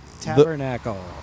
Tabernacle